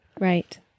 Right